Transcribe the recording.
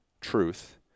truth